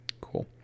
Cool